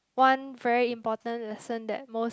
one very important lesson that most